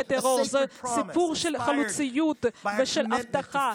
הוא סיפור של חלוצים שמגשימים הבטחה מקודשת,